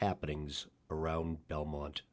happenings around belmont